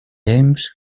james